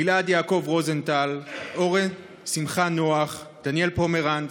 גלעד יעקב רוזנטל, אורן שמחה נח, דניאל פומרנץ,